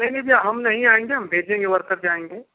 नहीं नहीं भैया हम नहीं आएंगे हम भेजेंगे वर्कर जाएंगे